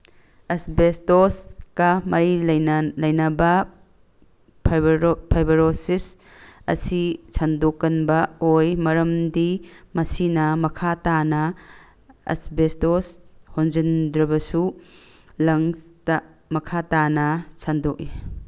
ꯑꯁꯕꯦꯁꯇꯣꯁꯀ ꯃꯔꯤ ꯂꯩꯅꯕ ꯐꯥꯏꯕꯔꯣꯁꯤꯁ ꯑꯁꯤ ꯁꯟꯗꯣꯛꯀꯟꯕ ꯑꯣꯏ ꯃꯔꯝꯗꯤ ꯃꯁꯤꯅ ꯃꯈꯥ ꯇꯥꯅ ꯑꯁꯕꯦꯁꯇꯣꯁ ꯍꯣꯟꯖꯤꯟꯗ꯭ꯔꯕꯁꯨ ꯂꯪꯁꯇ ꯃꯈꯥ ꯇꯥꯅ ꯁꯟꯗꯣꯛꯏ